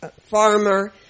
farmer